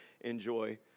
enjoy